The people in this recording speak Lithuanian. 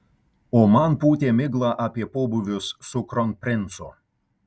o man pūtė miglą apie pobūvius su kronprincu